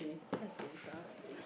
what's this !huh!